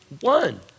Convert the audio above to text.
One